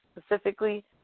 specifically